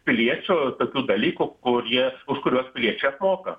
piliečio tokių dalykų kurie už kuriuos piliečiai apmoka